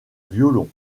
violon